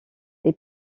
est